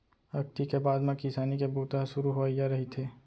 अक्ती के बाद म किसानी के बूता ह सुरू होवइया रहिथे